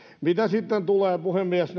mitä sitten tulee puhemies